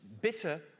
bitter